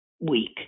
week